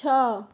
ଛଅ